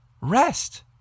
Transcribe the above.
rest